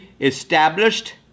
established